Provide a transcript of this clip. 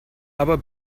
aber